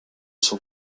sont